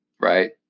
right